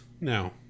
No